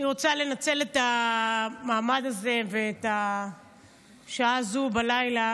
אני רוצה לנצל את המעמד הזה ואת השעה הזו בלילה